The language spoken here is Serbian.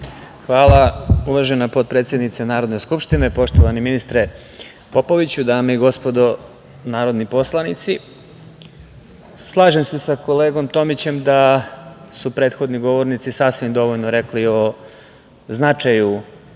Hvala, uvažena potpredsednice Narodne skupštine. Poštovani ministre Popoviću, dame i gospodo narodni poslanici, slažem se sa kolegom Tomićem da su prethodni govornici sasvim dovoljno rekli o značaju